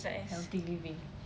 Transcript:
healthy living